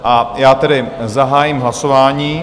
A já tedy zahájím hlasování...